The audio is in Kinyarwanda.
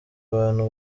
abantu